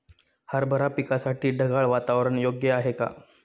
हरभरा पिकासाठी ढगाळ वातावरण योग्य आहे का?